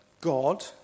God